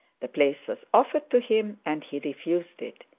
the place was offered to him, and he refused it.